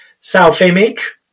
self-image